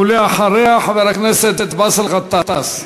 ואחריה, חבר הכנסת באסל גטאס.